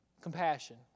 Compassion